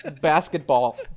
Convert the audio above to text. basketball